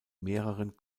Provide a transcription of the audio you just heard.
mehreren